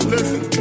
Listen